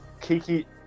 Kiki